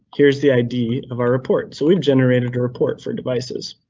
here's the id of our report. so we've generated a report for devices.